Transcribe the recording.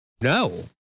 no